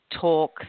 talk